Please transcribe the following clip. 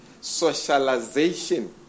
Socialization